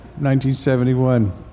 1971